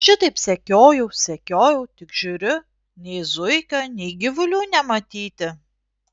šitaip sekiojau sekiojau tik žiūriu nei zuikio nei gyvulių nematyti